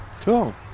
Cool